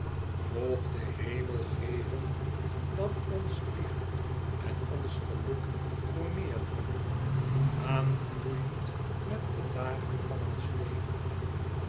moog de heme geven dat onze liefd en ons geluk vermeerdren aangroeiend met de dagen van ons leven